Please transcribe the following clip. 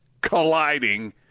colliding